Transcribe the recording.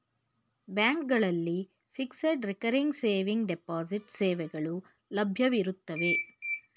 ಬ್ಯಾಂಕ್ಗಳಲ್ಲಿ fixed, recurring saving, deposit ಸೇವೆಗಳು ಲಭ್ಯವಿರುತ್ತವೆ